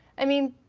i mean,